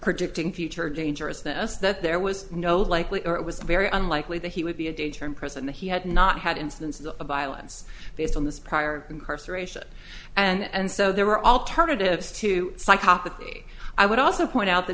predicting future dangerousness that there was no likelier it was very unlikely that he would be a danger in prison that he had not had instances of violence based on this prior incarceration and so there were alternatives to psychopathy i would also point out that